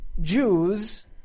Jews